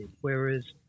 whereas